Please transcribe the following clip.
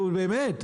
נו, באמת?